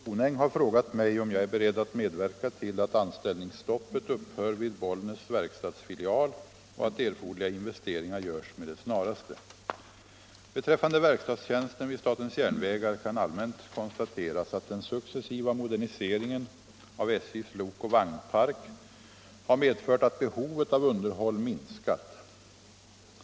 Herr talman! Fru Jonäng har frågat mig om jag är beredd att medverka till att anställningsstoppet upphör vid Bollnäs verkstadsfilial och att erforderliga investeringar görs med det snaraste. Beträffande verkstadstjänsten vid SJ kan allmänt konstateras att den successiva moderniseringen av SJ:s lokoch vagnpark har medfört att behovet av underhåll minskat.